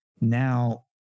now